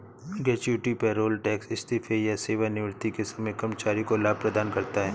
gratuity payroll tax इस्तीफे या सेवानिवृत्ति के समय कर्मचारी को लाभ प्रदान करता है